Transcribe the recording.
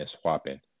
swapping